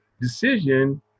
decision